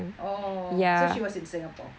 oh so she was in singapore